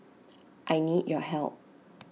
I need your help